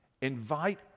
Invite